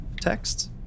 texts